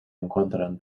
encuentran